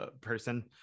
person